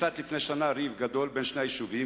ניצת לפני שנה ריב גדול בין שני היישובים,